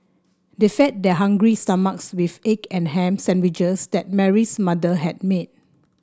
they fed their hungry stomachs with the egg and ham sandwiches that Mary's mother had made